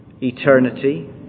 eternity